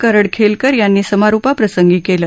करडखेलकर यांनी समारोपाप्रसंगी केलं